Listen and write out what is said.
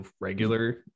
regular